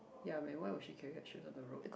ya but why would she carry her shoes at the road